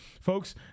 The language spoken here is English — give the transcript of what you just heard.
Folks